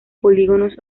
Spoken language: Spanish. polígonos